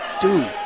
dude